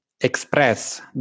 express